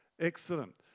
Excellent